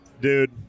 dude